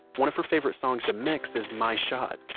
one of her favorite songs to mix is my shot.